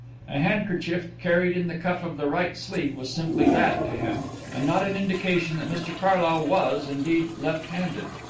a handkerchief carried in the cuff of the right sleeve was simply that to him and not an indication that mr carlyle was, indeed, left-handed.